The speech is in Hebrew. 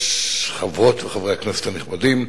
חברות וחברי הכנסת הנכבדים,